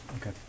Okay